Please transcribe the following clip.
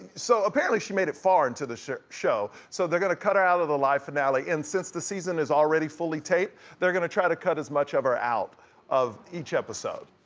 so apparently she made it far into the show, so they're gonna cut her out of the live finale, and since the season is already fully taped, they're gonna try to cut as much of her out of each episode.